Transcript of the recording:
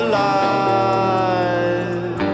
Alive